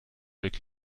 avec